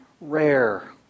rare